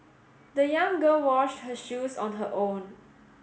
the young girl washed her shoes on her own